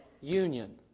union